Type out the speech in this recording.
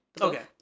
Okay